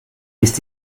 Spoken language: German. ist